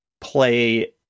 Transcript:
play